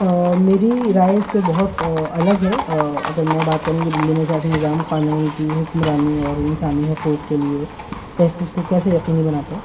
میری رائے اس پہ بہت الگ ہے اگر میں بات کروں کہ دہلی میں سیاسی نظام قانون کی حکمرانی اور انسانی حقوق کے لیے تحفظ اس کو کیسے یقینی بناتے ہے